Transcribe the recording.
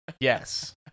Yes